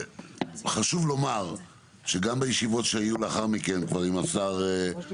חשוב לומר שגם בישיבות שהיו לאחר מכן כבר עם סגן